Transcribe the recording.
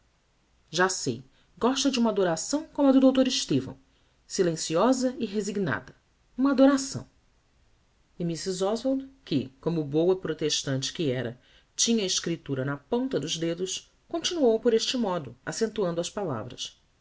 já sei gosta de uma adoração como a do dr estevão silenciosa e resignada uma adoração e mrs oswald que como boa protestante que era tinha a escriptura na ponta dos dedos continuou por este modo accentuando as palavras